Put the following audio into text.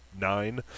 nine